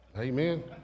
Amen